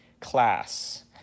class